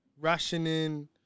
rationing